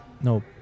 no